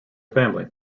family